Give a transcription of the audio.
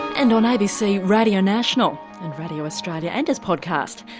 and on abc radio national and radio australia and as podcast,